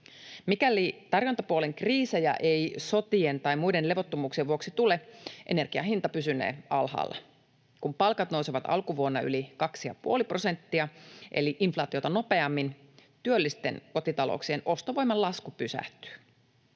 Mikäli tarjontapuolen kriisejä ei sotien tai muiden levottomuuksien vuoksi tule, energian hinta pysynee alhaalla. Kun palkat nousevat alkuvuonna yli kaksi ja puoli prosenttia eli inflaatiota nopeammin, työllisten kotita-louksien ostovoiman lasku pysähtyy.